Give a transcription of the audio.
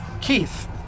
Keith